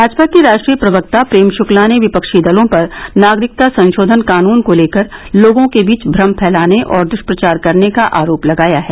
भाजपा के राष्ट्रीय प्रवक्ता प्रेम शुक्ला ने विपक्षी दलों पर नागरिकता संशोधन कानून को लेकर लोगों के बीच भ्रम फैलाने और दुष्प्रचार करने का आरोप लगाया है